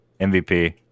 MVP